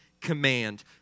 command